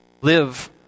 live